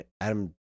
Adam